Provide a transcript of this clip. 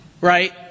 right